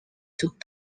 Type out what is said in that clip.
took